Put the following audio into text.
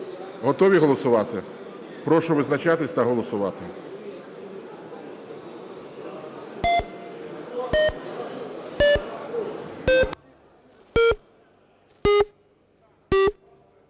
Готові голосувати? Прошу визначатись та голосувати.